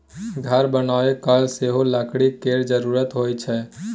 घर बनाबय काल सेहो लकड़ी केर जरुरत होइ छै